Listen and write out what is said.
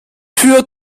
für